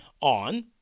on